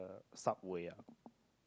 uh subway ah